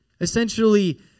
essentially